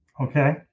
Okay